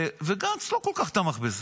וגנץ לא כל כך תמך בזה.